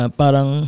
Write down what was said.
parang